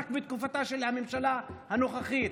רק בתקופתה של הממשלה הנוכחית.